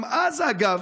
גם אז, אגב,